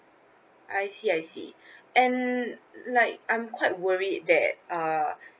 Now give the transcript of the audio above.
I see I see and like I'm quite worried that uh